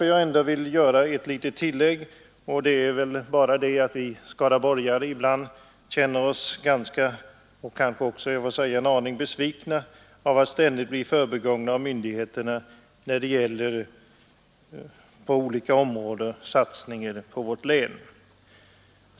Jag vill bara tillägga att vi skaraborgare ibland känner oss en aning besvikna över att ständigt på olika områden bli förbigångna av myndigheterna när det gäller satsningar på vårt län.